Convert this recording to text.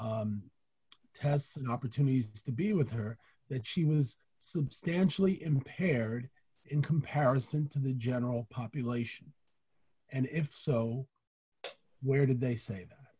tests opportunities to be with her that she was substantially impaired in comparison to the general population and if so where did they sa